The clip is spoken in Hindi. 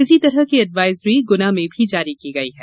इसी तरह की एडवाइजरी गुना में भी जारी की गई है